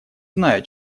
знаю